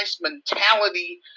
mentality